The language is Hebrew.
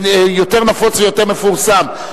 יותר נפוץ ויותר מפורסם,